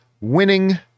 Winning